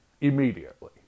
Immediately